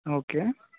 okay